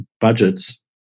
budgets